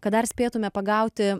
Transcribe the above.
kad dar spėtume pagauti